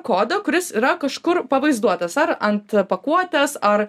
kodą kuris yra kažkur pavaizduotas ar ant pakuotės ar